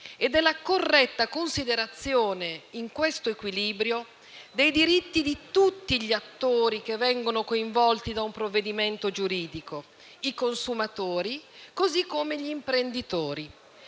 alla corretta considerazione, al suo interno, dei diritti di tutti gli attori che vengono coinvolti da un provvedimento giuridico (i consumatori, così come gli imprenditori).